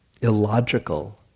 illogical